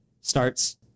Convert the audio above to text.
starts